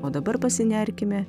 o dabar pasinerkime